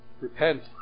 repent